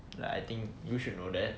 like I think you should know that